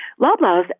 Loblaws